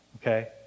Okay